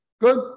Good